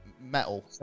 metal